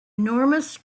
enormous